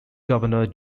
governor